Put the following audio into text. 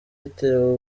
yitiriwe